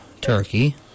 turkey